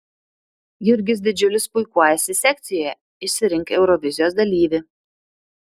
jurgis didžiulis puikuojasi sekcijoje išsirink eurovizijos dalyvį